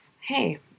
Hey